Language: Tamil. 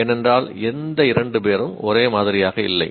ஏனென்றால் எந்த இரண்டு பேரும் ஒரே மாதிரியாக இல்லை